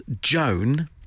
Joan